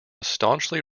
staunchly